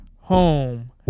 home